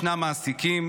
ישנם מעסיקים,